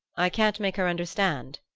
i can't make her understand,